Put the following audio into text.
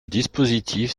dispositif